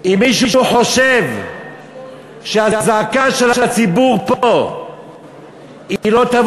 אם מישהו חושב שהזעקה של הציבור פה לא תביא